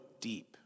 deep